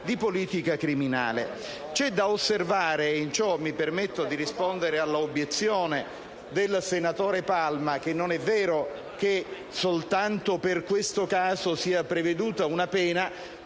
di politica criminale. C'è da osservare, e in ciò mi permetto di rispondere all'obiezione del senatore Palma, che non è vero che soltanto per questo caso sia prevista una pena,